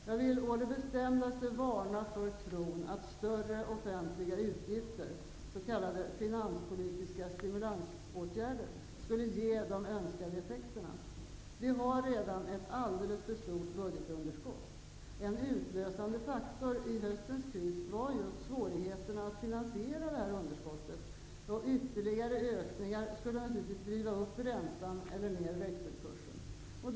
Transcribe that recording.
Jag vill å det bestämdaste varna för tron att större offentliga utgifter, s.k. finanspolitiska stimulansåtgärder, skulle ge de önskade effekterna. Vi har redan nu ett alldeles för stort budgetunderskott. En utlösande faktor i höstens kris var just svårigheterna att finansiera detta underskott, och ytterligare ökningar skulle naturligtvis driva upp räntan eller pressa ned växelkursen.